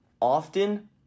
often